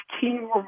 team